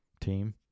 team